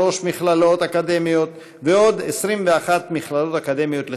33 מכללות אקדמיות ועוד 21 מכללות אקדמיות לחינוך.